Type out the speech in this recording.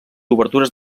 obertures